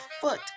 foot